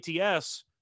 ATS